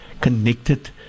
connected